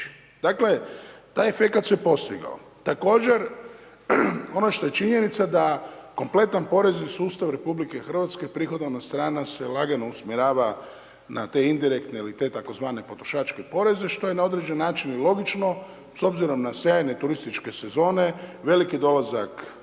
Dakle, taj efekat se postigao. Također, ono što je činjenica da kompletan porezni sustav Republike Hrvatske, prihodovna strana se lagano usmjerava na te indirektne ili te tako zvane potrošačke poreze što je na određeni način i logično, s obzirom na sjajne turističke sezone, veliki dolazak stranaca